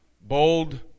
Bold